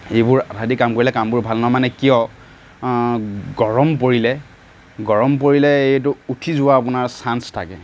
এইবোৰ আঠাইদি কাম কৰিলে কামবোৰ ভাল নহয় মানে কিয় গৰম পৰিলে গৰম পৰিলে এইটো উঠি যোৱা আপোনাৰ চান্স থাকে